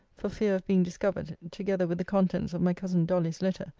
for fear of being discovered, together with the contents of my cousin dolly's letter,